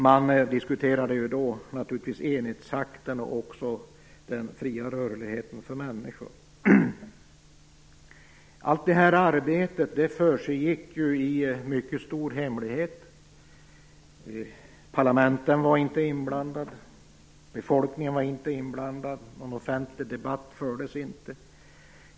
Man diskuterade då naturligtvis också enhetsakten och den fria rörligheten för människor. Allt detta arbete försiggick i mycket stor hemlighet. Parlamenten var inte inblandade. Befolkningen var inte inblandad. Någon offentlig debatt fördes inte.